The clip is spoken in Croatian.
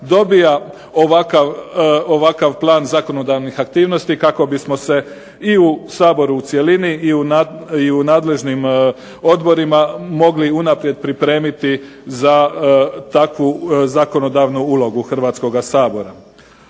dobija ovakav plan zakonodavnih aktivnosti kako bismo se i u Saboru u cjelini i u nadležnim odborima mogli unaprijed pripremiti za takvu zakonodavnu ulogu Hrvatskoga sabora.